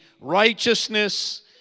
righteousness